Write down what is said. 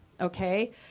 okay